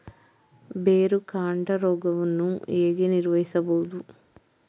ಬೇರುಕಾಂಡ ರೋಗವನ್ನು ಹೇಗೆ ನಿರ್ವಹಿಸಬಹುದು?